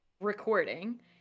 recording